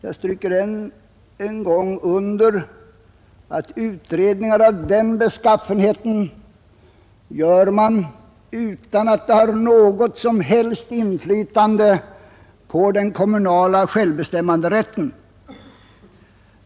Jag stryker än en gång under att utredningar av den beskaffenheten gör man utan att de har något som helst inflytande på den kommunala självbestämmanderätten.